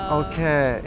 okay